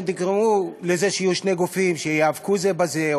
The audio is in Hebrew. אתם תגרמו לזה שיהיו שני גופים שייאבקו זה בזה,